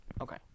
Okay